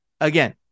Again